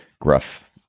gruff